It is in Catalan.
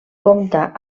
compta